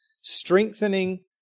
strengthening